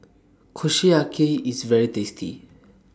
Kushiyaki IS very tasty